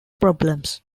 problems